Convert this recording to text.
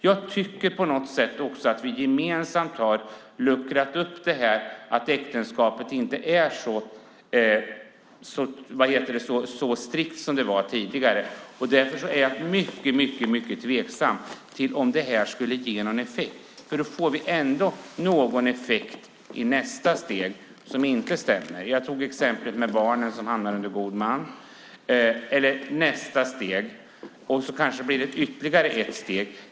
Jag tycker att vi gemensamt har luckrat upp lagstiftningen när det gäller äktenskapet så att den inte är så strikt som den var tidigare. Därför är jag mycket tveksam till om en ändring skulle ge någon effekt, för det kan få någon effekt i nästa steg som inte är positiv - jag tog exemplet med barnen som hamnar under god man - och sedan kanske det blir ytterligare ett steg.